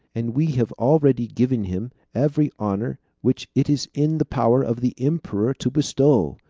and we have already given him every honor which it is in the power of the emperor to bestow.